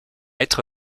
être